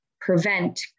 prevent